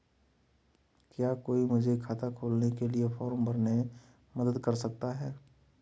क्या कोई मुझे खाता खोलने के लिए फॉर्म भरने में मदद कर सकता है?